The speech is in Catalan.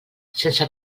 sense